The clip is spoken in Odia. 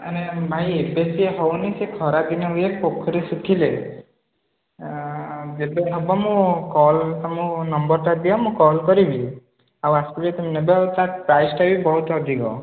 ମାନେ ଭାଇ ଏବେ ସିଏ ହେଉନି ସେ ଖରାଦିନ ହୁଏ ପୋଖରୀ ଶୁଖିଲେ ଯେବେ ହେବ ମୁଁ କଲ୍ ତୁମକୁ ନମ୍ବର୍ଟା ଦିଅ ମୁଁ କଲ୍ କରିବି ଆଉ ଆସିବେ ତ ନେବେ ତା'ର ପ୍ରାଇସ୍ଟା ବି ବହୁତ ଅଧିକ